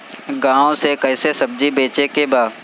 गांव से कैसे सब्जी बेचे के बा?